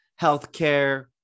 healthcare